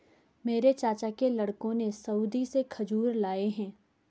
मेरे चाचा के लड़कों ने सऊदी से खजूर लाए हैं